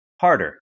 harder